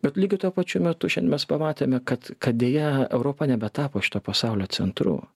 bet lygiai tuo pačiu metu šiandien mes pamatėme kad kad deja europa nebetapo šito pasaulio centru